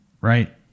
right